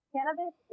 Cannabis